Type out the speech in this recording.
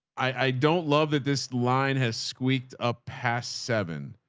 i don't love that this line has squeaked up past seven,